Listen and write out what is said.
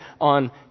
on